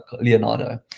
Leonardo